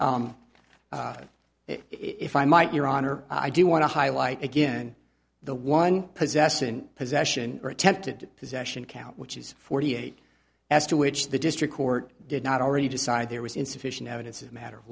two if i might your honor i do want to highlight again the one possessing possession or attempted possession count which is forty eight as to which the district court did not already decide there was insufficient evidence of a matter of